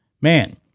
Man